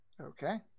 Okay